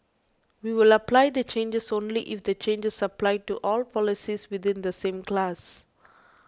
we will apply the changes only if the changes apply to all policies within the same class